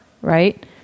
right